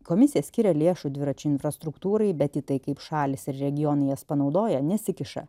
komisija skiria lėšų dviračių infrastruktūrai bet į tai kaip šalys ir regionai jas panaudoja nesikiša